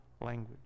language